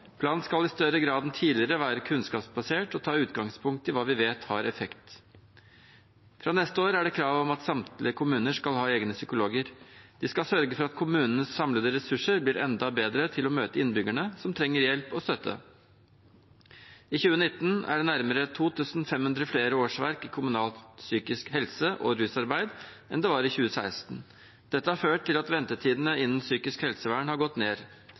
skal i større grad en tidligere være kunnskapsbasert og ta utgangspunkt i hva vi vet har effekt. Fra neste år er det krav om at samtlige kommuner skal ha egne psykologer. Vi skal sørge for at kommunenes samlede ressurser blir enda bedre til å møte innbyggerne som trenger hjelp og støtte. I 2019 er det nærmere 2 500 flere årsverk innen kommunalt psykisk helsearbeid og rusarbeid enn det var i 2016. Dette har ført til at ventetidene innen psykisk helsevern har gått ned.